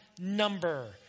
number